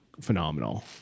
phenomenal